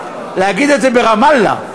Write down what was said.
להגיד את זה ברמאללה,